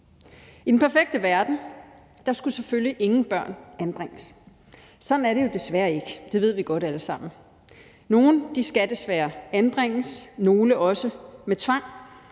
I den perfekte verden skulle ingen børn selvfølgelig anbringes. Sådan er det jo desværre ikke, det ved vi godt alle sammen. Nogle skal desværre anbringes, nogle også med tvang,